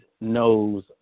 knows